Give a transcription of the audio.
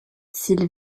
s’il